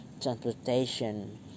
transportation